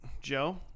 Joe